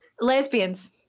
Lesbians